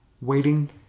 Waiting